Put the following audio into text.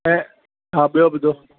ऐं हा ॿियो ॿुधो